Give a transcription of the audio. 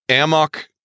Amok